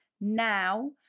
now